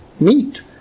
meat